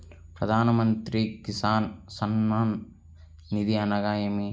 ప్రధాన మంత్రి కిసాన్ సన్మాన్ నిధి అనగా ఏమి?